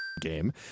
game